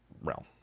realm